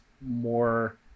more